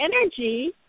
energy